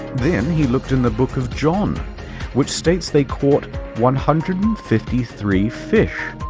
then, he looked in the book of john which states they caught one hundred and fifty three fish!